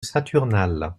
saturnales